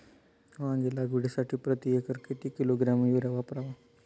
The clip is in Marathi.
वांगी लागवडीसाठी प्रती एकर किती किलोग्रॅम युरिया वापरावा?